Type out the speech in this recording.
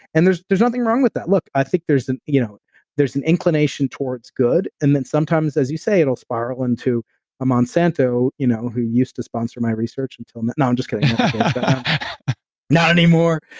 and there's there's nothing wrong with that look, i think there's an you know there's an inclination towards good and then sometimes, as you say, it'll spiral into ah monsanto you know who used to sponsor my research until. no, i'm just kidding not anymore.